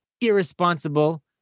irresponsible